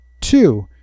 Two